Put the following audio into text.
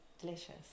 delicious